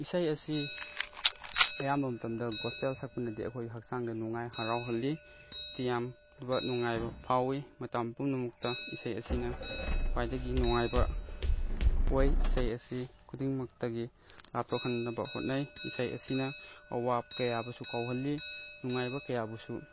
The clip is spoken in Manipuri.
ꯏꯁꯩ ꯑꯁꯤ ꯑꯌꯥꯝꯕ ꯃꯇꯝꯗ ꯒꯣꯁꯄꯦꯜ ꯁꯛꯄꯅꯗꯤ ꯑꯩꯈꯣꯏ ꯍꯛꯆꯥꯡꯗ ꯅꯨꯡꯉꯥꯏ ꯍꯔꯥꯎꯍꯜꯂꯤ ꯇꯤꯌꯥꯝꯕ ꯅꯨꯡꯉꯥꯏꯕ ꯐꯥꯎꯏ ꯃꯇꯝ ꯄꯨꯝꯅꯃꯛꯇ ꯏꯁꯩ ꯑꯁꯤꯅ ꯈ꯭ꯋꯥꯏꯗꯒꯤ ꯅꯨꯡꯉꯥꯏꯕ ꯑꯣꯏ ꯏꯁꯩ ꯑꯁꯤ ꯈꯨꯗꯤꯡꯃꯛꯇꯒꯤ ꯂꯥꯞꯊꯣꯛꯍꯟꯅꯕ ꯍꯣꯠꯅꯩ ꯏꯁꯩ ꯑꯁꯤꯅ ꯑꯋꯥꯕ ꯀꯌꯥꯕꯨꯁꯨ ꯀꯥꯎꯍꯜꯂꯤ ꯅꯨꯡꯉꯥꯏꯕ ꯀꯌꯥꯕꯨꯁꯨ